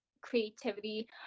creativity